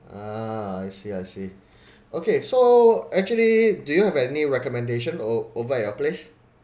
ah I see I see okay so actually do you have any recommendation ov~ over at your place